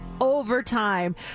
overtime